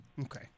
Okay